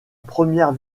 première